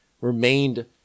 remained